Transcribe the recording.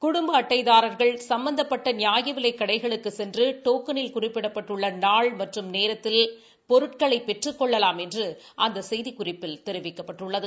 குடும்ப அட்டைதாரர்கள் சும்பந்தப்பட்ட நியாயவிலை கடைகளுக்குச் சென்று டோக்கனில் குறிப்பிடப்பட்டுள்ள நாள் மற்றும் நேரத்தில் பொருட்களை பெற்றுக் கொள்ளலாம் என்று அந்த செய்திக்குறிப்பில் தெரிவிக்கப்பட்டுள்ளது